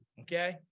okay